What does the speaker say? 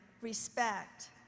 RESPECT